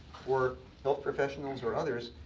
or health professionals, or others,